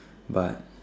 but